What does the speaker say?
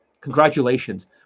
congratulations